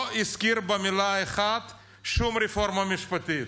הוא לא הזכיר במילה אחת שום רפורמה משפטית.